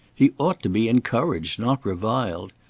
he ought to be encouraged, not reviled.